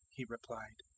he replied.